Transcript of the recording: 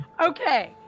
Okay